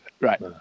Right